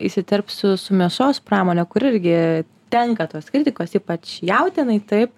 įsiterpsiu su mėsos pramone kur irgi tenka tos kritikos ypač jautienai taip